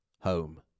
home